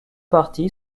partie